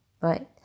right